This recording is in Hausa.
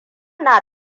na